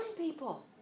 people